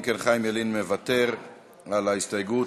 אם כן, חיים ילין מוותר על ההסתייגות.